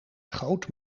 schoot